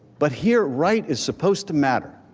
but here, right is supposed to matter.